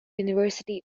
university